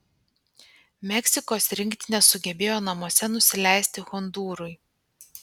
meksikos rinktinė sugebėjo namuose nusileisti hondūrui